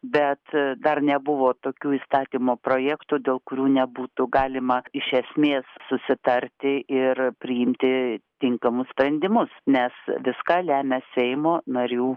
bet dar nebuvo tokių įstatymo projektų dėl kurių nebūtų galima iš esmės susitarti ir priimti tinkamus sprendimus nes viską lemia seimo narių